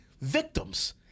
victims